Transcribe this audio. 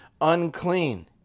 unclean